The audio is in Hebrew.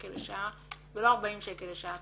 שקל לשעה ולא 40 שקל לשעה.